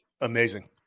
Amazing